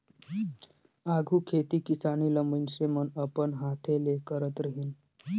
आघु खेती किसानी ल मइनसे मन अपन हांथे ले करत रहिन